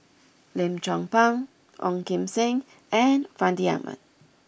Lim Chong Pang Ong Kim Seng and Fandi Ahmad